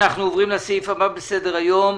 אנחנו עוברים לסעיף הבא שבסדר היום: